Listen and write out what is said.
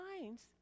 minds